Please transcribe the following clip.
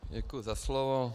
Děkuji za slovo.